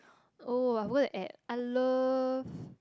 oh I would add I love